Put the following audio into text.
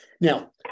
Now